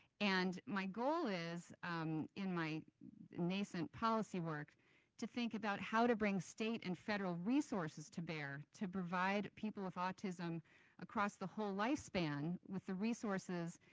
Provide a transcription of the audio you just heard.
and my goal is in my nascent policy work to think about how to bring state and federal resources to bear to provide people with autism across the whole lifespan with the resources,